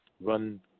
run